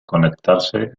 conectarse